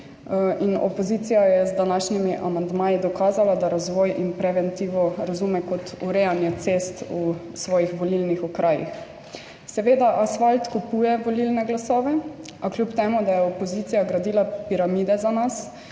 in opozicija je z današnjimi amandmaji dokazala, da razvoj in preventivo razume kot urejanje cest v svojih volilnih okrajih. Seveda asfalt kupuje volilne glasove, a kljub temu, da je opozicija gradila piramide za nas,